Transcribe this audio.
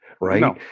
right